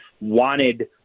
wanted